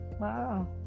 Wow